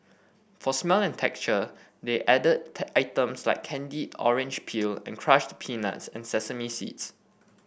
for smell and texture they added items like candied orange peel and crushed peanuts and sesame seeds